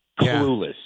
Clueless